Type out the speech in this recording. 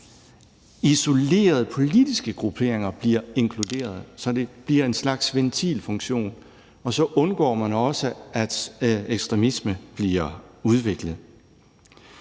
isolerede politiske grupperinger bliver inkluderet, så folkeafstemninger får en slags ventilfunktion, og så undgår man også, at ekstremisme bliver udviklet.